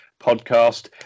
Podcast